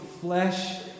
flesh